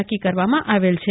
નક્કી કરવામાં આવેલ છે